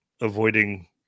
avoiding